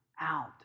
out